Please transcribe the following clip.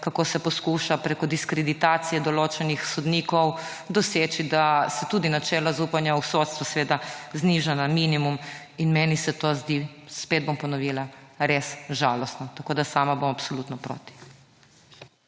kako se poskuša preko diskreditacije določenih sodnikov doseči, da se tudi načelo zaupanja v sodstvo seveda zniža na minimum in meni se to zdi spet bom ponovila res žalostno tako, da sama bom absolutno proti.